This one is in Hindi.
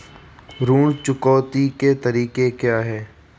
ऋण चुकौती के तरीके क्या हैं?